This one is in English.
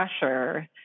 pressure